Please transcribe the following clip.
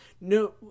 no